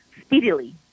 speedily